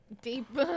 deep